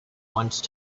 once